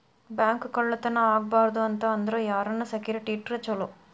Bank ಕಳ್ಳತನಾ ಆಗ್ಬಾರ್ದು ಅಂತ ಅಂದ್ರ ಯಾರನ್ನ ಸೆಕ್ಯುರಿಟಿ ಇಟ್ರ ಚೊಲೊ?